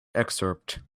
excerpt